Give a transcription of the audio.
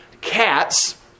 cats